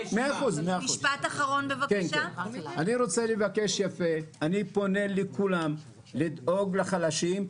אני פונה לכולם לדאוג לחלשים.